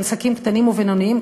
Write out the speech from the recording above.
עסקים קטנים ובינוניים,